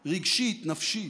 רגשית, נפשית.